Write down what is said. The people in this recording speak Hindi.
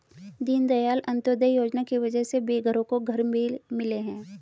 दीनदयाल अंत्योदय योजना की वजह से बेघरों को घर भी मिले हैं